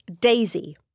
Daisy